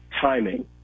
timing